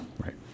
Right